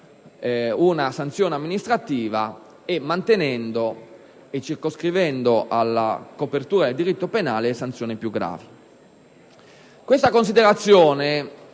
una sanzione amministrativa, e circoscrivendo alla copertura del diritto penale le sanzioni più gravi.